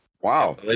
Wow